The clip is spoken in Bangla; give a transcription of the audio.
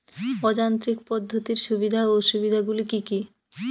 অযান্ত্রিক পদ্ধতির সুবিধা ও অসুবিধা গুলি কি কি?